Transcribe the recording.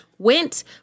went